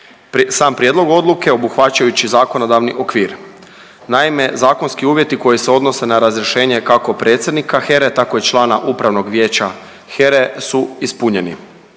sam Prijedlog Odluke obuhvaćajući zakonodavni okvir. Naime, zakonski uvjeti koji se odnose na razrješenje, kako predsjednika HERA-e, tako i člana Upravnog vijeća HERA-e su ispunjeni.